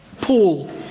Paul